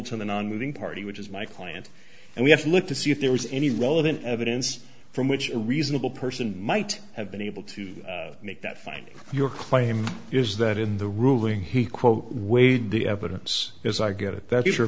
to the nonmoving party which is my client and we have to look to see if there was any relevant evidence from which a reasonable person might have been able to make that finding your claim is that in the ruling he quote weighed the evidence as i get it that's your